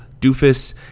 doofus